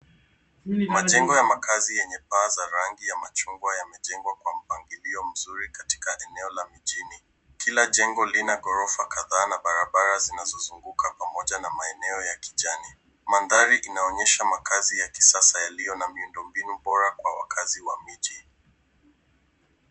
Majengo ya makazi yenye paa za rangi ya machungwa yamejengwa kwa mpangilio mzuri katika eneo la mjini. Kila jengo lina ghorofa kadhaa na barabara zinazozunguka pamoja na maeneo ya kijani. Mandhari inaonyesha makazi ya kisasa yaliyo na miundo mbinu bora kwa wakazi wa miji.